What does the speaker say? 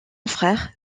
frère